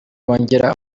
bongera